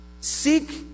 seek